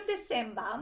December